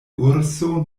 urso